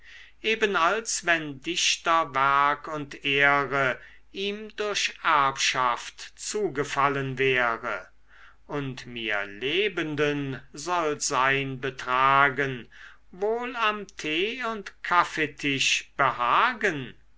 eben als wenn dichterwerk und ehre ihm durch erbschaft zugefallen wäre und mir lebenden soll sein betragen wohl am tee und kaffeetisch behagen